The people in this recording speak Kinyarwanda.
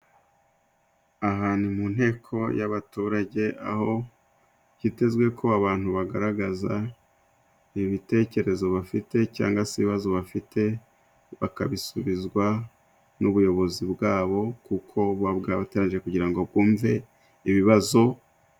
Aha ni mu nteko y'abaturage, aho hitezwe ko abantu bagaragaza ibitekerezo bafite cyangwa se ibibazo bafite, bakabisubizwa n'ubuyobozi bwabo, kuko bwategereje kugira ngo bumve ibibazo.